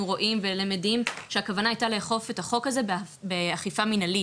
אנחנו רואים ולמדים שהכוונה הייתה לאכוף את החוק הזה באכיפה מנהלית,